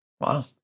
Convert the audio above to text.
Wow